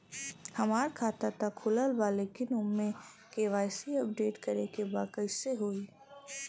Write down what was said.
हमार खाता ता खुलल बा लेकिन ओमे के.वाइ.सी अपडेट करे के बा कइसे होई?